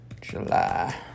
july